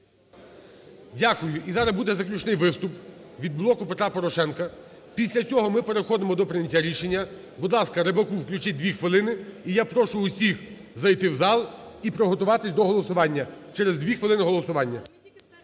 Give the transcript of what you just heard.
Дякую. І зараз буде заключний виступ від "Блоку Петра Порошенка". Після цього ми переходимо до прийняття рішення. Будь ласка, Рибаку включіть дві хвилини. І я прошу всіх зайти в зал і приготуватись до голосування, через дві хвилини – голосування.